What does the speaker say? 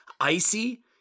icy